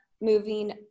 moving